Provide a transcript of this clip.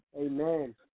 Amen